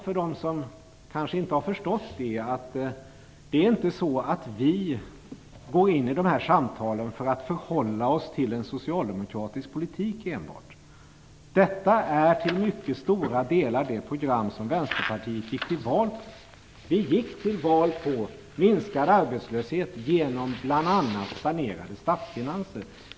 För dem som kanske inte har förstått det vill jag också tala om att det inte är så att vi i Vänsterpartiet går in i de här samtalen enbart för att förhålla oss till en socialdemokratisk politik. Detta är till mycket stora delar det program som Vänsterpartiet gick till val på. Vi gick till val på minskad arbetslöshet genom bl.a. sanerade statsfinanser.